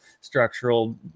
structural